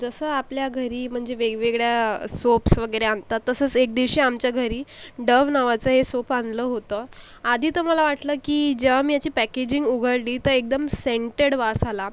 जसं आपल्या घरी म्हणजे वेगवेगळ्या सोप्स वगैरे आणतात तसंच एक दिवशी आमच्या घरी डव्ह नावाचं एक सोप आणलं होतं आधी तर मला वाटलं की जेव्हा मी याची पॅकेजिंग उघडली तर एकदम सेंटेड वास आला